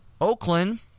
Oakland